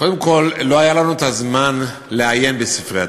קודם כול, לא היה לנו זמן לעיין בספרי התקציב.